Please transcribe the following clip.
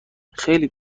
خیلی